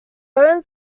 only